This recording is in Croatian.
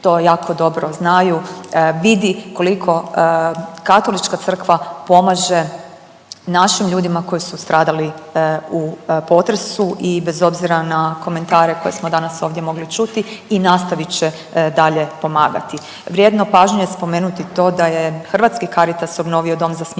to jako dobro znaju vidi koliko Katolička crkva pomaže našim ljudima koji su stradali u potresu. I bez obzira na komentare koje smo danas ovdje mogli čuti i nastavit će dalje pomagati. Vrijedno pažnje je spomenuti to da je Hrvatski caritas obnovio dom za smještaj